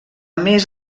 més